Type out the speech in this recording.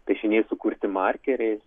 piešiniai sukurti markeriais